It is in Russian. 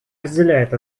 разделяет